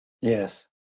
Yes